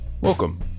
welcome